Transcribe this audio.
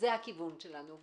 זה הכיוון שלנו.